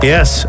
Yes